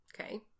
Okay